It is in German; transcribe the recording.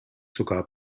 sogar